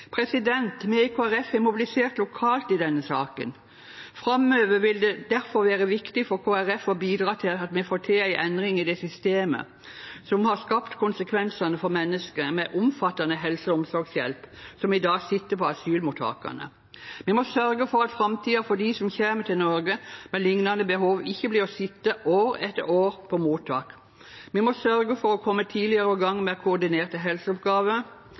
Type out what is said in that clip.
Vi i Kristelig Folkeparti har mobilisert lokalt i denne saken. Framover vil det derfor være viktig for Kristelig Folkeparti å bidra til at vi får til en endring i det systemet som har skapt konsekvenser for mennesker med behov for omfattende helse- og omsorgshjelp som i dag sitter på asylmottakene. Vi må sørge for at framtiden for dem som kommer til Norge med lignende behov, ikke blir å sitte år etter år på mottak. Vi må sørge for å komme tidligere i gang med koordinerte helseoppgaver,